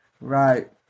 Right